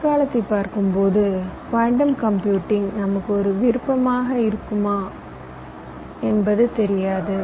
எதிர்காலத்தைப் பார்க்கும்போது quantum computing நமக்கு ஒரு விருப்பமாக இருக்க முடியுமா என்பது தெரியாது